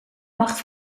macht